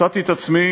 מצאתי את עצמי